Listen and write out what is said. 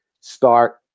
start